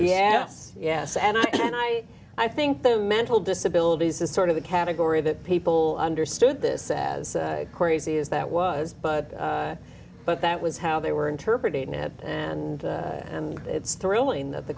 yes yes and i and i i think the mental disability is sort of the category that people understood this as crazy as that was but but that was how they were interpreted now and and it's thrilling th